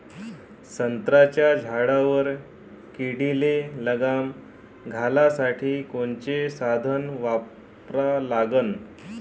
संत्र्याच्या झाडावर किडीले लगाम घालासाठी कोनचे साधनं वापरा लागन?